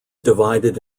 divided